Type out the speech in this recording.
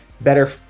better